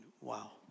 wow